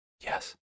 Yes